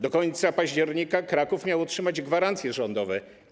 Do końca października Kraków miał otrzymać gwarancje rządowe.